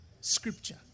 scripture